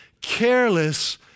Careless